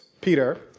Peter